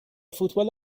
فوتبال